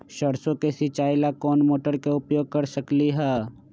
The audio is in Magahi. सरसों के सिचाई ला कोंन मोटर के उपयोग कर सकली ह?